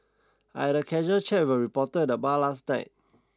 I had a casual chat with a reporter at bar last night